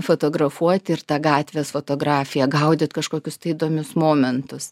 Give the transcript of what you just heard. fotografuoti ir tą gatvės fotografiją gaudyt kažkokius tai įdomius momentus